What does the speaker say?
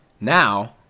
Now